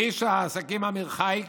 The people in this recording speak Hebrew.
איש העסקים אמיר חייק